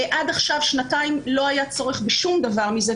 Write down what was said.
עד עכשיו שנתיים לא היה צורך בשום דבר מזה,